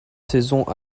saisons